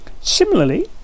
Similarly